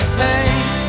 pain